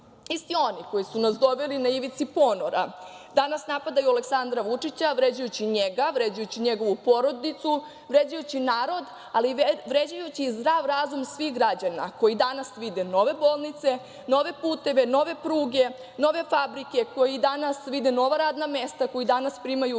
oni koji su nas doveli na ivicu ponora danas napadaju Aleksandra Vučića, vređajući njega, vređajući njegovu porodicu, vređajući narod, ali i vređajući zdrav razum svih građana koji danas vide nove bolnice, nove puteve, nove pruge, nove fabrike, koji danas vide nova radna mesta, koji danas primaju već